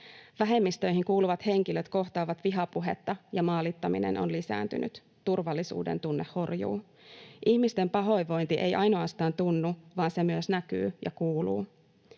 Vähemmistöihin kuuluvat henkilöt kohtaavat vihapuhetta, ja maalittaminen on lisääntynyt. Turvallisuuden tunne horjuu. Ihmisten pahoinvointi ei ainoastaan tunnu, vaan se myös näkyy ja kuuluu.